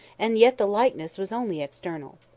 and yet the likeness was only external.